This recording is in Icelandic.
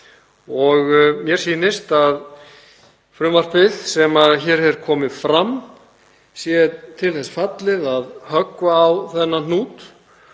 Mér sýnist að frumvarpið sem hér er komið fram sé til þess fallið að höggva á þennan hnút.